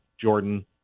Jordan